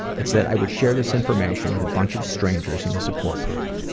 it's that i would share this information with a bunch of strangers in a support group.